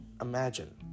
imagine